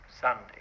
Sunday